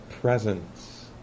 presence